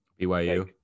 BYU